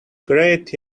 great